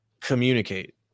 communicate